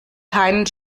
keinen